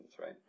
right